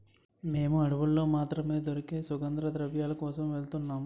మేము అడవుల్లో మాత్రమే దొరికే సుగంధద్రవ్యాల కోసం వెలుతున్నాము